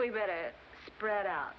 we read it spread out